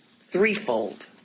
threefold